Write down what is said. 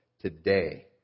today